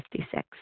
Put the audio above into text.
56